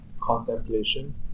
contemplation